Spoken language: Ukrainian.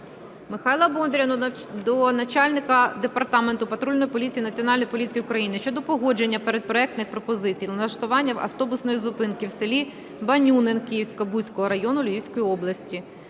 Михайла Бондаря до начальника Департаменту патрульної поліції Національної поліції України щодо погодження передпроектних пропозицій влаштування автобусної зупинки в селі Банюнин Кам'янка-Бузького району Львівської області.